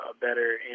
better